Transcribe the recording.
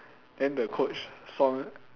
then the coach saw m~